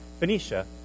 Phoenicia